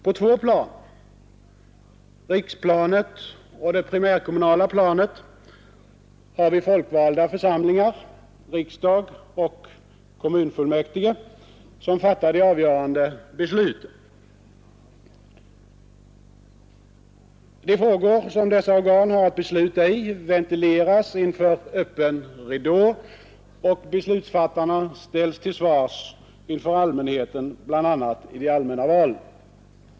På två plan — riksplanet och det primärkommunala planet — har vi folkvalda församlingar, riksdag och kommunfullmäktige, som fattar de avgörande besluten. De frågor som dessa organ har att besluta i ventileras inför öppen ridå och beslutsfattarna ställs till svars inför allmänheten bl.a. i de allmänna valen.